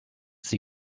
sie